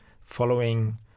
following